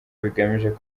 bigamije